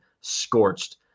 scorched